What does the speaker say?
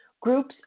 Groups